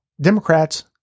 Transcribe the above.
Democrats